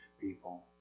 people